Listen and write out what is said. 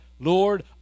Lord